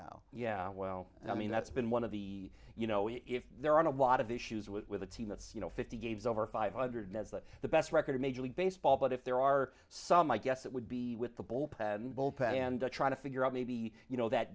now yeah well i mean that's been one of the you know if there aren't a lot of issues with a team that's you know fifty games over five hundred has that the best record in major league baseball but if there are some i guess it would be with the bullpen bullpen and trying to figure out maybe you know that